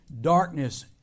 darkness